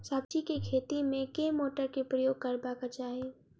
सब्जी केँ खेती मे केँ मोटर केँ प्रयोग करबाक चाहि?